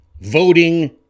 Voting